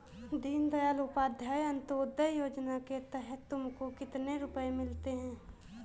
दीन दयाल उपाध्याय अंत्योदया योजना के तहत तुमको कितने रुपये मिलते हैं